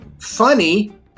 funny